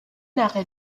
arrêt